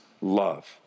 love